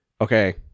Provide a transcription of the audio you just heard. okay